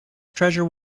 treasure